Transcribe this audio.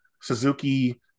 Suzuki